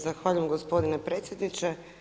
Zahvaljujem gospodine predsjedniče.